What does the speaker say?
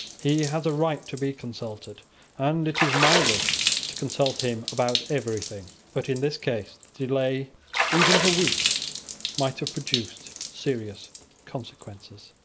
he has a right to be consulted and it is my wish to consult him about everything. but in this case the delay even of a week might have produced serious consequences.